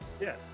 yes